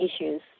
issues